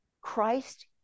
Christ